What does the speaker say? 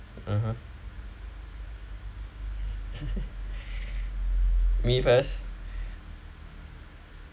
(uh huh) me first